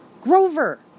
Grover